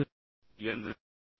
ஏன்